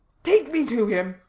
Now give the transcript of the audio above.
take me to him.